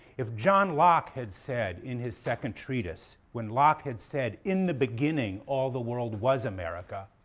if john locke had said in his second treatise, when locke had said in the beginning all the world was america,